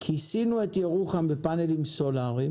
כיסינו את ירוחם בפאנלים סולאריים.